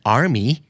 army